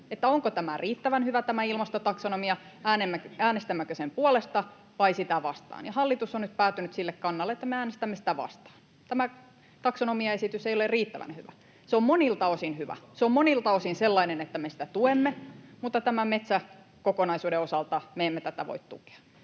onko tämä ilmastotaksonomia riittävän hyvä, äänestämmekö sen puolesta vai sitä vastaan? Ja hallitus on nyt päätynyt sille kannalle, että me äänestämme sitä vastaan. Tämä taksonomiaesitys ei ole riittävän hyvä. Se on monilta osin hyvä. Se on monilta osin sellainen, että me sitä tuemme, mutta tämän metsäkokonaisuuden osalta me emme tätä voi tukea.